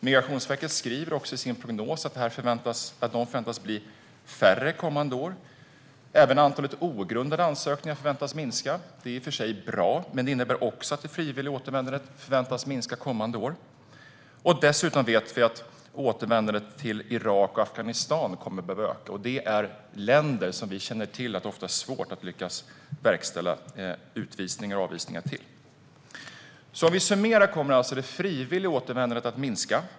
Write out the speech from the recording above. Migrationsverket skriver i sin prognos att de förväntas bli färre kommande år, och även antalet ogrundade ansökningar förväntas minska. Det är i och för sig bra, men det innebär också att det frivilliga återvändandet förväntas minska kommande år. Vi vet dessutom att återvändandet till Irak och Afghanistan kommer att behöva öka. Det är länder som vi känner till ofta är svåra att lyckas verkställa utvisningar och avvisningar till. Om vi summerar kommer alltså det frivilliga återvändandet att minska.